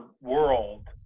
world